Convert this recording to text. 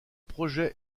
projet